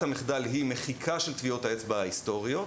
המחדל היא מחיקה של טביעות האצבע ההיסטוריות,